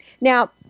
Now